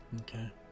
Okay